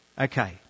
Okay